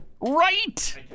Right